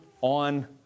on